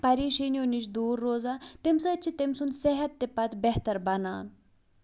پریشٲنیو نِش دوٗر روزان تَمہِ سۭتۍ چھِ تٔمۍ سُنٛد صحت تہِ پَتہٕ بہتر بَنان